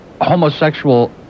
homosexual